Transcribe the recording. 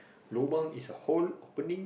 lobang is a hole opening